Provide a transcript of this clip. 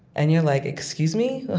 and you're like, excuse me?